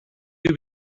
you